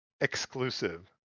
exclusive